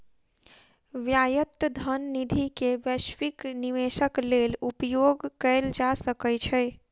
स्वायत्त धन निधि के वैश्विक निवेशक लेल उपयोग कयल जा सकै छै